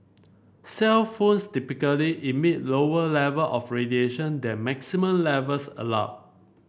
cellphones typically emit lower level of radiation than maximum levels allowed